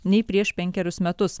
nei prieš penkerius metus